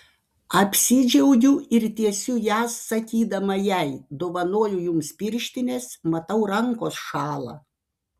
apsidžiaugiu ir tiesiu jas sakydama jai dovanoju jums pirštines matau rankos šąla